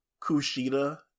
kushida